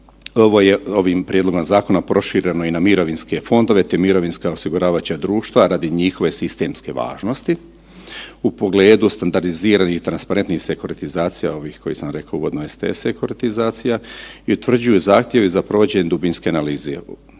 ovo je ovim prijedlog zakona prošireno i na mirovinske fondove te mirovinska osiguravajuća društva radi njihove sistemske važnosti u pogledu standardiziranih transparentnih sekuratizacija ovih koje sam reko uvodno …/nerazumljivo/… sekuratizacija i utvrđuju zahtjevi za provođenje dubinske analize.